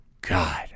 God